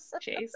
Chase